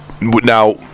Now